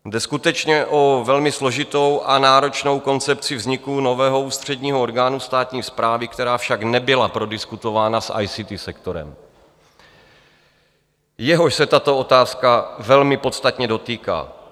Jde skutečně o velmi složitou a náročnou koncepci vzniku nového ústředního orgánu státní správy, která však nebyla prodiskutována s ICT sektorem, jehož se tato otázka velmi podstatně dotýká.